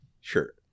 sure